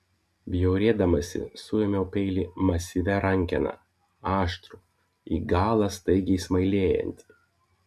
bjaurėdamasi suėmiau peilį masyvia rankena aštrų į galą staigiai smailėjantį